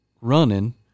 running